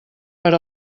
per